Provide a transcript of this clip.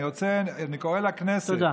אני רוצה, אני קורא לכנסת, תודה.